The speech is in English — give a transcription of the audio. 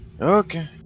Okay